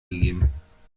gegeben